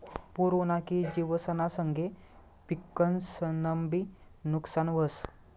पूर उना की जिवसना संगे पिकंसनंबी नुकसान व्हस